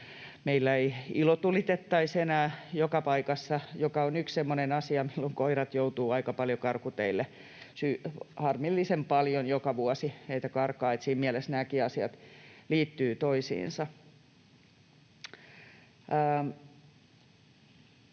meillä ei ilotulitettaisi enää joka paikassa, mikä on yksi semmoinen asia, minkä takia koirat joutuvat aika paljon karkuteille. Harmillisen paljon joka vuosi heitä karkaa, että siinä mielessä nämäkin asiat liittyvät toisiinsa.